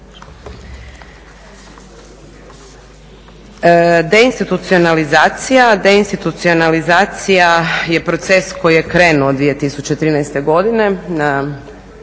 Deinstitucionalizacija je proces koji je krenuo 2013. godine